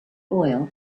oil